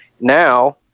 now